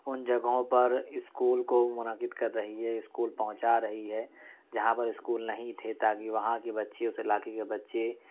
ان جگہوں پر اسکول کو منعقد کر رہی ہے اسکول پہنچا رہی ہے جہاں پر اسکول نہیں تھے تاکہ وہاں کے بچے اس علاقے کے بچے